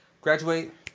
graduate